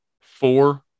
four